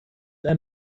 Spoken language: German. ein